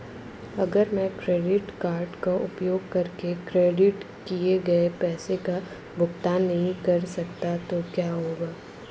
अगर मैं credit card का उपयोग करके क्रेडिट किए गए पैसे का भुगतान नहीं कर सकता तो क्या होगा?